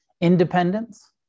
independence